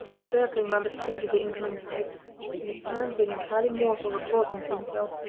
circling round the fringe of the incoming tide, and the sound being entirely mortal recalled him to himself.